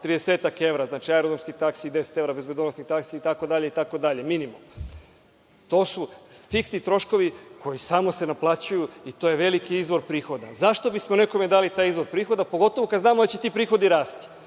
evra, znači, aerodromskih taksi 10 evra, bezbedonosnih taksi, itd. minimum. To su fiksni troškovi koji samo se naplaćuju i to je veliki izvor prihoda. Zašto bismo nekome dali taj izvod prihoda, pogotovo kada znamo da će ti prihodi rasti?